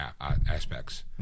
aspects